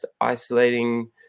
isolating